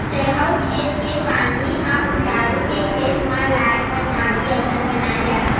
चड़हउ खेत के पानी ह उतारू के खेत म लाए बर नाली असन बनाए जाथे